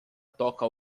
toca